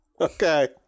okay